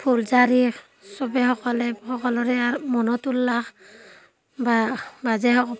ফুলজাৰি চবে সকলে সকলোৰে মনত উল্লাস বা বাজে